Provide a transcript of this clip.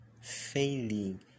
failing